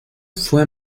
fue